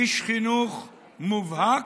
איש חינוך מובהק,